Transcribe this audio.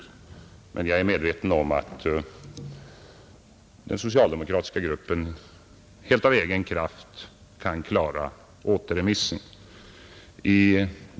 Men jag är medveten om att den socialdemokratiska gruppen helt av egen kraft kan klara återremissen.